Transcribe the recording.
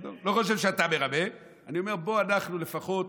אני לא חושב שאתה מרמה, אני אומר: בוא אנחנו לפחות